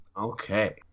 okay